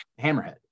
Hammerhead